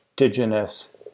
indigenous